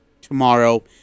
tomorrow